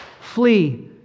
flee